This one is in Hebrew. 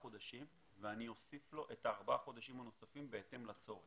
החודשים ואני אוסיף לו את ארבעת החודשים הנוספים בהתאם לצורך.